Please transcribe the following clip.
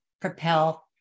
propel